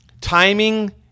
Timing